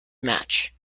match